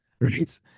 right